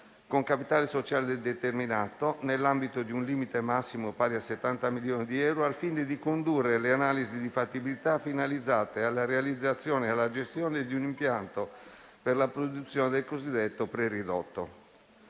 con capitale sociale determinato, nell'ambito di un limite massimo pari a 70 milioni di euro, al fine di condurre le analisi di fattibilità finalizzate alla realizzazione e alla gestione di un impianto per la produzione del cosiddetto preridotto.